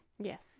Yes